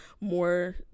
more